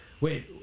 Wait